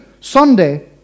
Sunday